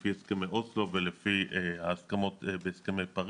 לפי הסכמי אוסלו והסכמי פריז,